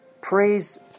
Praise